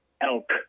elk